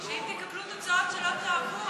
שאם תקבלו תוצאות שלא תאהבו,